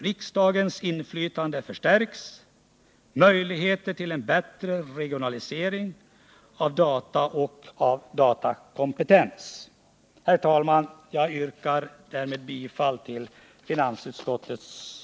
Riksdagens inflytande förstärks och vi får möjligheter till en bättre regionalisering av data och datakompetens. Herr talman! Jag yrkar därmed bifall till finansutskottets hemställan.